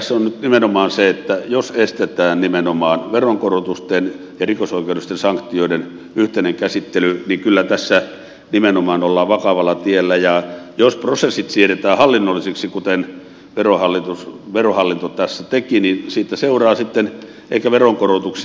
tässä on nyt nimenomaan se että jos estetään nimenomaan veronkorotusten ja rikosoikeudellisten sanktioiden yhteinen käsittely niin kyllä tässä nimenomaan ollaan vakavalla tiellä ja jos prosessit siirretään hallinnollisiksi kuten verohallinto tässä teki niin siitä seuraa sitten ehkä veronkorotuksia